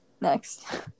Next